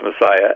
Messiah